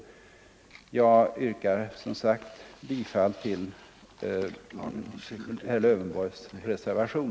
Jag yrkar, som sagt, bifall till herr Lövenborgs reservation.